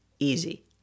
easy